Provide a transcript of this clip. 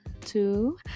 two